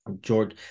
george